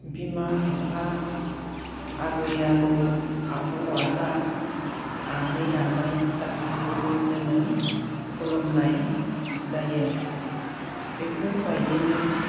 बिमा बिफा आबै आबौ आब' आदा आनै आमाय गासैखौबो जोङो खुलुमनाय जायो बेफोरबायदिनो